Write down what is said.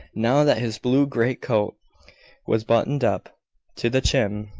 now that his blue great-coat was buttoned up to the chin.